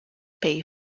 pay